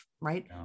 right